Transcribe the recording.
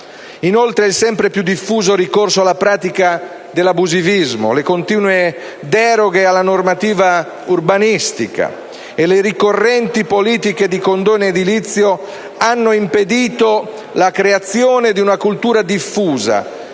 Inoltre, il sempre più diffuso ricorso alla pratica dell'abusivismo, le continue deroghe alla normativa urbanistica e le ricorrenti politiche di condono edilizio hanno impedito la creazione di una cultura diffusa